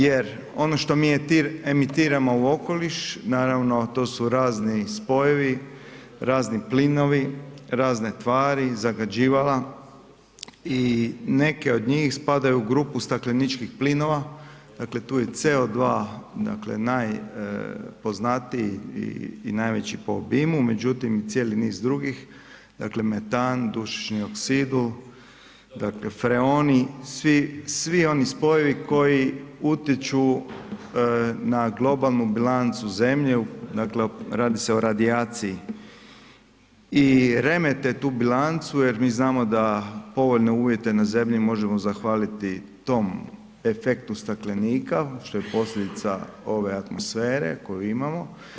Jer ono što mi emitiramo u okoliš naravno to su razni spojevi, razni plinovi, razne tvari zagađivala i neke od njih spadaju u grupu stakleničkih plinova, dakle tu je CO2 dakle najpoznatiji i najveći po obimu, međutim i cijeli niz drugih, dakle metan, dušični oksid, freoni svi oni spojevi koji utiču na globalnu bilancu zemlje, dakle radi se o radijaciji i remete tu bilancu jer mi znamo da povoljne uvjete na zemlji možemo zahvaliti tom efektu staklenika što je posljedica ove atmosfere koju imamo.